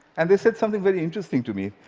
and they said something very interesting to me.